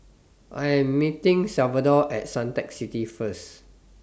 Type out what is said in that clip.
I Am meeting Salvador At Suntec City First